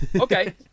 okay